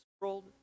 world